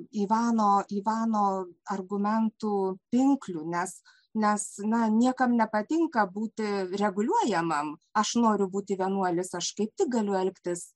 ivano ivanovo argumentų pinklių nes nes na niekam nepatinka būti reguliuojamam aš noriu būti vienuolis aš kaip tik galiu elgtis